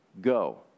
go